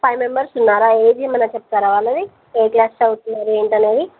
five members ఉన్నారా age ఏమైనా చెప్తారా వాళ్ళది ఏ క్లాస్ చదువుతున్నారు ఏమిటి అనేది